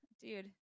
dude